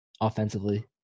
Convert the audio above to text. offensively